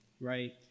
right